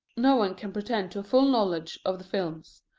no one can pretend to a full knowledge of the films.